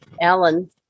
Alan